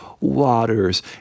waters